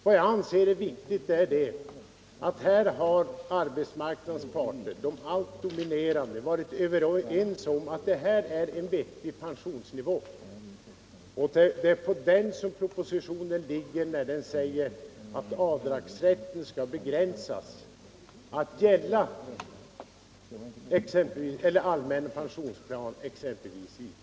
Vad jag anser viktigt är att här har arbetsmarknadens parter varit överens om en vettig pensionsnivå. På den nivån ligger propositionen när den säger att avdragsrätten skall begränsas till att gälla allmän pensionsplan, exempelvis ITP.